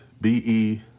B-E